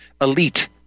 elite